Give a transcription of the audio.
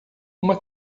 uma